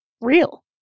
real